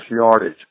yardage